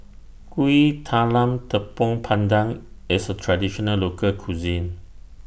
Kuih Talam Tepong Pandan IS A Traditional Local Cuisine